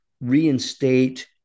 reinstate